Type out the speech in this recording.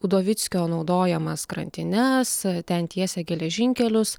udovickio naudojamas krantines ten tiesė geležinkelius